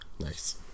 Nice